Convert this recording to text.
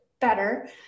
better